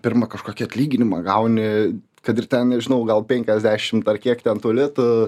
pirma kažkokį atlyginimą gauni kad ir ten nežinau gal penkiasdešimt ar kiek ten tų litų